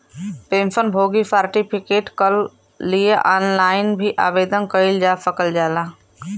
pension भोगी certificate कल लिए ऑनलाइन भी आवेदन कइल जा सकल जाला